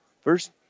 First